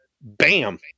bam